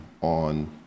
on